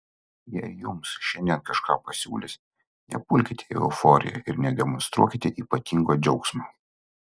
jei jums šiandien kažką pasiūlys nepulkite į euforiją ir nedemonstruokite ypatingo džiaugsmo